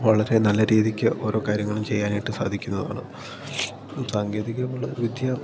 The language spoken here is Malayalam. വളരെ നല്ല രീതിക്ക് ഓരോ കാര്യങ്ങളും ചെയ്യാനായിട്ട് സാധിക്കുന്നതാണ് സാങ്കേതിക നമ്മൾ വിദ്യ